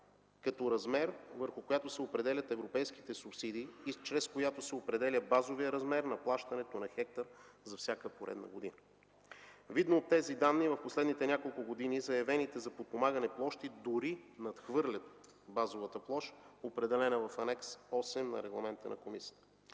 като размер, върху която се определят европейските субсидии и чрез която се определя базовият размер на плащането на хектар за всяка поредна година. Видно от тези данни в последните няколко години заявените за подпомагане площи дори надхвърлят базовата площ, определена в Анекс 8 на Регламента на Комисията.